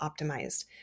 optimized